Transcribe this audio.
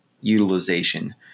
utilization